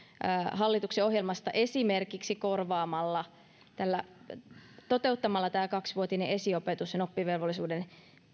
hallituksen ohjelmasta esimerkiksi toteuttamalla tämä kaksivuotinen esiopetus oppivelvollisuuden